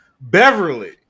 Beverly